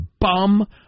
bum